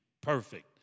perfect